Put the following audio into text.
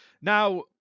Now